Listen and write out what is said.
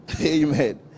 Amen